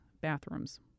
bathrooms